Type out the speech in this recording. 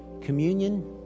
Communion